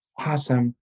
Awesome